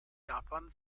japan